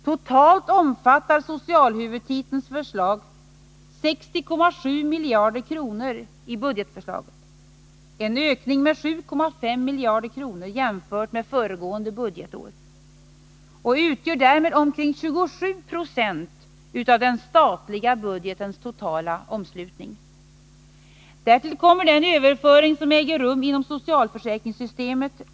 Totalt omfattar socialhuvudtitelns förslag 60,7 miljarder kronor — en ökning med 7,5 miljarder kronor jämfört med föregående år — och utgör därmed omkring 27 Jo av den statliga budgetens totala omslutning. Därtill kommer den överföring som äger rum till hushållen inom socialförsäkringssystemet.